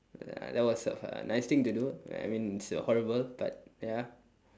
uh that was a nice thing to do I mean it is horrible but ya